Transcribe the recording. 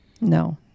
No